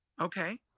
Okay